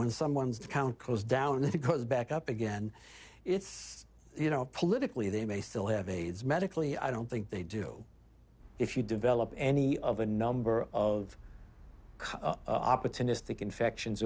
when someone's the count goes down if it goes back up again it's you know politically they may still have aids medically i don't think they do if you develop any of a number of opportunistic infections